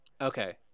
Okay